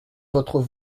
votre